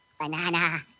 Banana